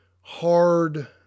hard